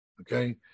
Okay